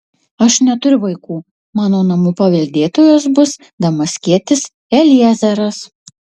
aš neturiu vaikų mano namų paveldėtojas bus damaskietis eliezeras